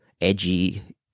edgy